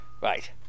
Right